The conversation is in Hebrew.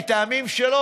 מהטעמים שלו,